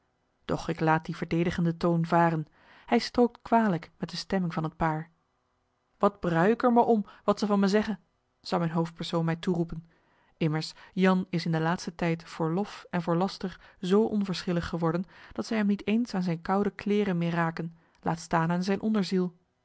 doch ik laat dien verdedigenden toon varen hij strookt kwalijk met de stemming van het paar brui ik er me om wat ze van mij zeggen zou mijn hoofdpersoon mij toeroepen immers jan is in den laatsten tijd voor lof en voor laster zoo onverschillig geworden dat zij hem niet eens aan zijne koude kleêren meer raken laat staan aan zijn